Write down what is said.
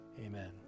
Amen